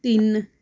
ਤਿੰਨ